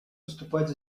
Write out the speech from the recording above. выступать